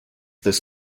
this